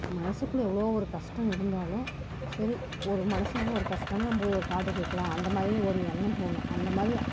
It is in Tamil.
மனதுக்குள்ள எவ்வளோ ஒரு கஷ்டம் இருந்தாலும் சரி ஒரு மனுஷனுக்கு ஒரு கஷ்டன்னா நம்ம ஒரு பாட்டுக் கேட்கலாம் அந்தமாதிரி ஒரு எண்ணம் தோணும் அந்தமாதிரி